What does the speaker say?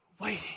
waiting